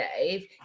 dave